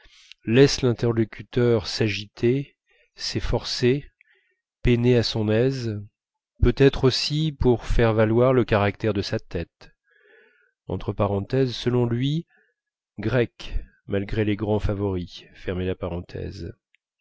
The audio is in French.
laisse l'interlocuteur s'agiter s'efforcer peiner à son aise peut-être aussi pour faire valoir le caractère de sa tête